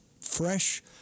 fresh